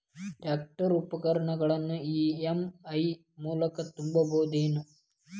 Tractor ಉಪಕರಣಗಳನ್ನು EMI ಮೂಲಕ ತುಂಬಬಹುದ ಏನ್?